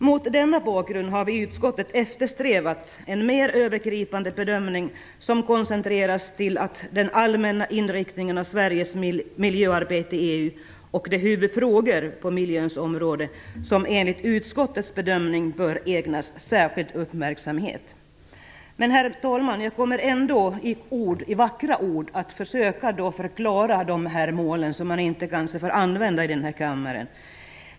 Mot denna bakgrund har vi i utskottet eftersträvat en mer övergripande bedömning som koncentreras till den allmänna inriktningen av Sveriges miljöarbete i EU och de huvudfrågor på miljöns område som enligt utskottets bedömning bör ägnas särskild uppmärksamhet. Men, herr talman, jag kommer ändå att försöka förklara dessa mål i vackra ord, som man kanske inte får använda här i kammaren.